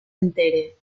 entere